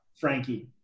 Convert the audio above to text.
Frankie